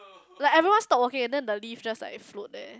like everyone stop walking and then the leaves like just float there